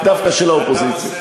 דווקא של האופוזיציה.